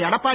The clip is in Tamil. எடப்பாடி